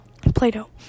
Play-Doh